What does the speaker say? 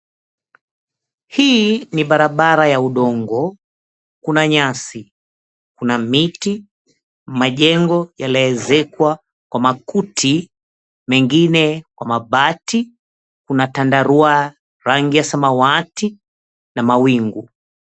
Hii ni barabara ya udongo. Kuna nyasi, kuna miti, majengo yaliyoekezwa kwa makuti, mengine kwa mabati, kuna tandarua, rangi ya samawati, na mawingu.